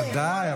בוא נתחיל עם זה.